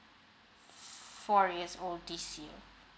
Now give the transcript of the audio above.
four years old this year